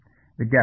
ವಿದ್ಯಾರ್ಥಿ ಸರ್